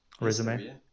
resume